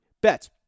bets